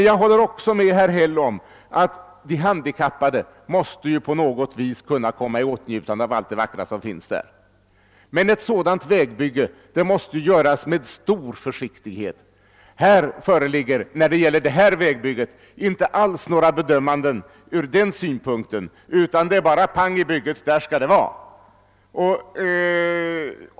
Jag håller också med herr Häll om att de handikappade på något sätt måste komma i åtnjutande av allt det vackra som finns där. Men ett sådant vägbygge måste som sagt göras med stor försiktighet. Beträffande detta vägbygge har det dock inte alls funnits några bemödanden i det stycket. Det har bara varit »pang i bygget»; där skall det vara.